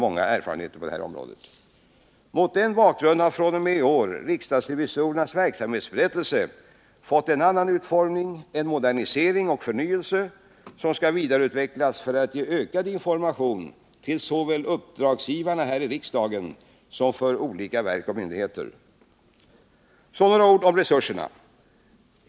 Mot den bakgrunden har fr.o.m. i år riksdagsrevisorernas verksamhetsberättelse fått en annan utformning, innebärande en modernisering och förnyelse, som skall vidareutvecklas för att ge en ökad information till såväl uppdragsgivarna här i riksdagen som olika verk och myndigheter. Så några ord om resurserna.